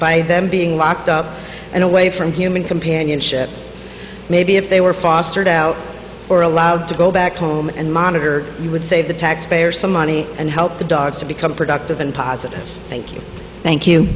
by them being locked up and away from human companionship maybe if they were fostered or allowed to go back home and monitor would save the taxpayers some money and help the dogs to become productive and positive thank you thank you